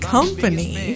Company